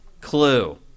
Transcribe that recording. clue